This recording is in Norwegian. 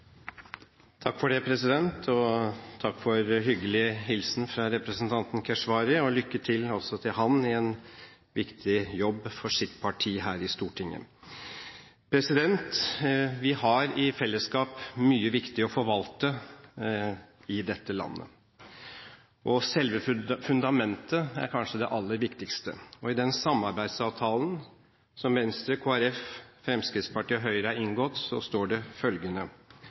Takk for hyggelig hilsen fra representanten Keshvari, og lykke til også til han i en viktig jobb for sitt parti her i Stortinget! Vi har i fellesskap mye viktig å forvalte i dette landet. Selve fundamentet er kanskje det aller viktigste. I den samarbeidsavtalen som Venstre, Kristelig Folkeparti, Fremskrittspartiet og Høyre har inngått, står det følgende: